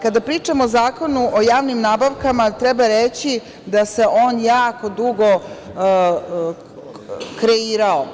Kada pričamo o Zakonu o javnim nabavkama, treba reći da se on jako dugo kreirao.